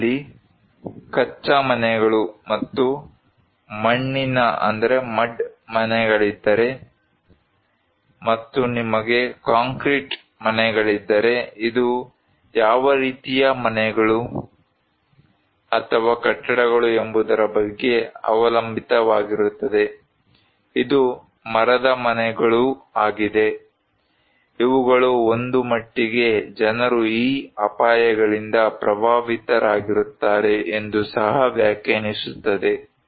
ನಮ್ಮಲ್ಲಿ ಕಚ್ಚಾ ಮನೆಗಳು ಮತ್ತು ಮಣ್ಣಿನ ಮನೆಗಳಿದ್ದರೆ ಮತ್ತು ನಿಮಗೆ ಕಾಂಕ್ರೀಟ್ ಮನೆಗಳಿದ್ದರೆ ಇದು ಯಾವ ರೀತಿಯ ಮನೆಗಳು ಅಥವಾ ಕಟ್ಟಡಗಳು ಎಂಬುದರ ಮೇಲೆ ಅವಲಂಬಿತವಾಗಿರುತ್ತದೆ ಇದು ಮರದ ಮನೆಗಳೂ ಆಗಿದೆ ಇವುಗಳು ಒಂದು ಮಟ್ಟಿಗೆ ಜನರು ಈ ಅಪಾಯಗಳಿಂದ ಪ್ರಭಾವಿತರಾಗುತ್ತಾರೆ ಎಂದು ಸಹ ವ್ಯಾಖ್ಯಾನಿಸುತ್ತದೆ